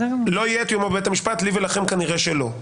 לא יהיה תיאום עם בית המשפט לי ולכם, כנראה לא.